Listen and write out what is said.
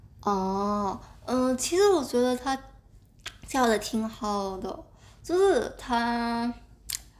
orh err 其实我觉得他 教的挺好的就是他